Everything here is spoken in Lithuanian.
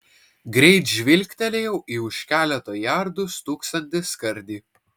greit žvilgtelėjau į už keleto jardų stūksantį skardį